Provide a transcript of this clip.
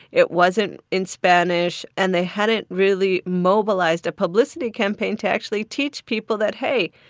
it wasn't in spanish. and they hadn't really mobilized a publicity campaign to actually teach people that, hey,